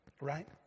Right